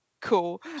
cool